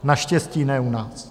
Naštěstí ne u nás.